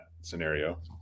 scenario